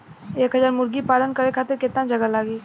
एक हज़ार मुर्गी पालन करे खातिर केतना जगह लागी?